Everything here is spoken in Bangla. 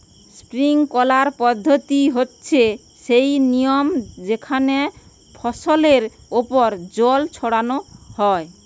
স্প্রিংকলার পদ্ধতি হচ্ছে সেই নিয়ম যেখানে ফসলের ওপর জল ছড়ানো হয়